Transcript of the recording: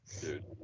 Dude